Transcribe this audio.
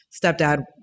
stepdad